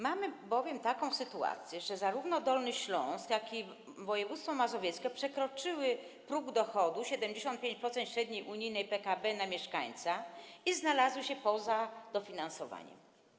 Mamy bowiem taką sytuację, że zarówno Dolny Śląsk, jak i województwo mazowieckie przekroczyły próg dochodu w wysokości 75% średniej unijnej PKB na mieszkańca i znalazły się poza dofinansowaniem.